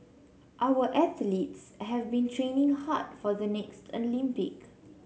our athletes have been training hard for the next Olympic